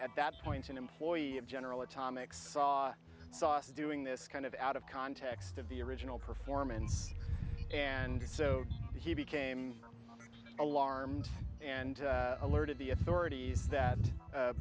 at that point an employee of general atomics saw sauce doing this kind of out of context of the original performance and so he became alarmed and alerted the authorities that